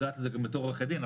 זה גם בתור עורכי דין,